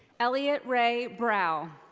elliot ray brau.